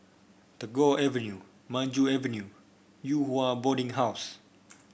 Tagore Avenue Maju Avenue Yew Hua Boarding House